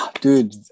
Dude